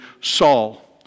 Saul